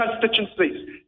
constituencies